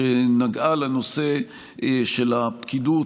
שנגעה לנושא של הפקידות: